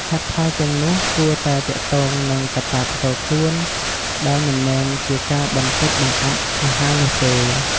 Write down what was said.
ហេតុផលទាំងនោះគួរតែទាក់ទងនឹងកត្តាផ្ទាល់ខ្លួន ដែលមិនមែនជាការបន្ទច់បង្អាក់អាហារនោះទេ។